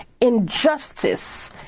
injustice